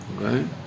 Okay